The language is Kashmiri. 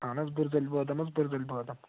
اہَن حظ بُردِل بادم حظ بُردِل بادم